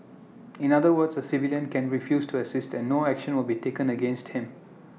in other words A civilian can refuse to assist and no action will be taken against him